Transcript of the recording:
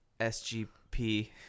sgp